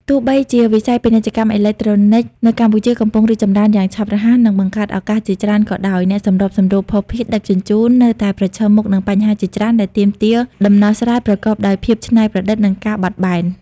ទោះបីជាវិស័យ ពាណិជ្ជកម្មអេឡិចត្រូនិក នៅកម្ពុជាកំពុងរីកចម្រើនយ៉ាងឆាប់រហ័ស និងបង្កើតឱកាសជាច្រើនក៏ដោយ អ្នកសម្របសម្រួលភស្តុភារដឹកជញ្ជូននៅតែប្រឈមមុខនឹងបញ្ហាជាច្រើនដែលទាមទារដំណោះស្រាយប្រកបដោយភាពច្នៃប្រឌិត និងការបត់បែន។